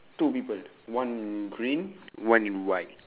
two people one in green one in white